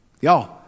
Y'all